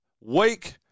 wake